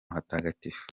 hatagatifu